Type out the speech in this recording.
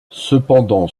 cependant